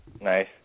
Nice